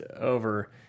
over